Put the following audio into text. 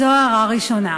זו הערה ראשונה.